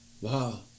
Wow